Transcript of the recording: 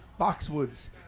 Foxwoods